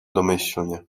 domyślnie